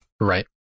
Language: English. Right